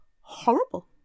horrible